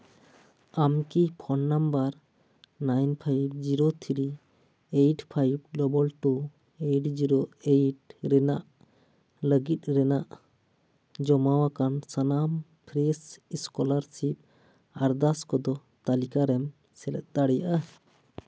ᱟᱢ ᱠᱤ phone number nine five zero three eight five double two eight zero eight ᱨᱮᱱᱟᱜ ᱞᱟᱹᱜᱤᱫ ᱨᱮᱱᱟᱜ ᱡᱚᱢᱟᱣ ᱟᱠᱟᱱ ᱥᱟᱱᱟᱢ ᱯᱷᱨᱮᱥ ᱮᱥᱠᱚᱞᱟᱨᱥᱤᱯ ᱟᱨᱫᱟᱥ ᱠᱚᱫᱚ ᱛᱟᱹᱞᱤᱠᱟ ᱨᱮᱢ ᱥᱮᱞᱮᱫ ᱫᱟᱲᱮᱭᱟᱜᱼᱟ